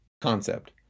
concept